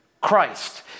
Christ